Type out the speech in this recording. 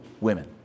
women